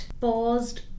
paused